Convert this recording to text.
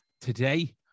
today